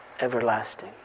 everlasting